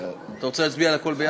אתה רוצה שנצביע על הכול יחד?